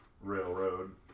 Railroad